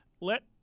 Let